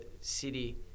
City